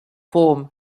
form